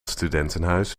studentenhuis